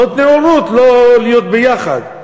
זאת נאורות לא להיות ביחד.